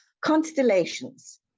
constellations